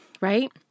right